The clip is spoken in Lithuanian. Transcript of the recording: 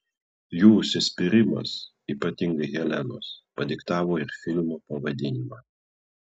jų užsispyrimas ypatingai helenos padiktavo ir filmo pavadinimą